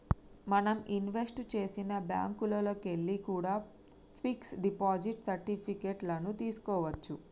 మనం ఇన్వెస్ట్ చేసిన బ్యేంకుల్లోకెల్లి కూడా పిక్స్ డిపాజిట్ సర్టిఫికెట్ లను తీస్కోవచ్చు